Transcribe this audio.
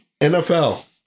NFL